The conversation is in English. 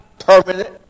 Permanent